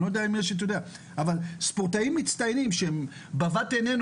אבל ספורטאים מצטיינים שהם בבת עינינו